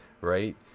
right